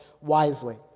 wisely